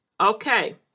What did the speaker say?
Okay